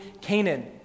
Canaan